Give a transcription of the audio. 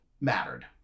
mattered